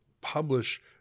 publish